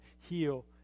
heal